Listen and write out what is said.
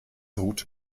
ruth